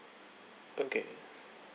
okay